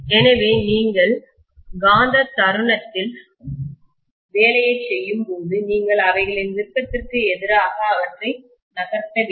எனவே நீங்கள் காந்த தருணத்தில்மொமென்ட்டில் வேலையைச் செய்யும்போது நீங்கள் அவைகளின் விருப்பத்திற்கு எதிராக அவற்றை நகர்த்த வேண்டும்